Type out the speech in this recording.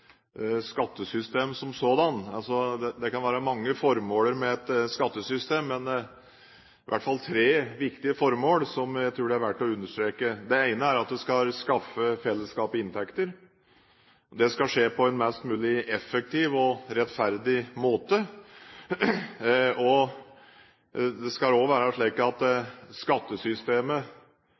skattesystem som sådant: Det kan være mange formål med et skattesystem, men det er i hvert fall tre viktige formål som jeg tror det er verdt å understreke. Det ene er at en skal skaffe fellesskapet inntekter. Det skal skje på en mest mulig effektiv og rettferdig måte, og det skal også være slik at skattesystemet